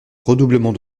redoublement